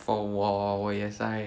for 我我也是 I